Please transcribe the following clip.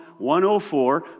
104